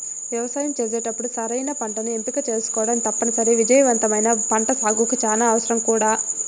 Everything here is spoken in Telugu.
వ్యవసాయం చేసేటప్పుడు సరైన పంటను ఎంపిక చేసుకోవటం తప్పనిసరి, విజయవంతమైన పంటసాగుకు చానా అవసరం కూడా